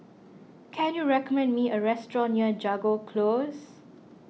can you recommend me a restaurant near Jago Close